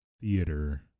theater